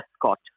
Scott